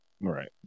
right